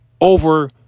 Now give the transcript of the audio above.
over